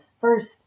first